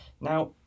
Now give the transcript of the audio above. Now